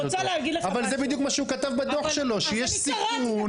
אבל זה בדיוק מה שהוא כתב בדו"ח שלו, שיש סיכון.